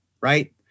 right